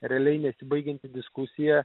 realiai nesibaigianti diskusija